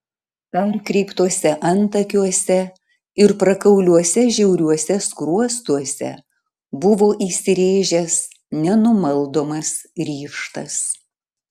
perkreiptuose antakiuose ir prakauliuose žiauriuose skruostuose buvo įsirėžęs nenumaldomas ryžtas